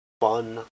fun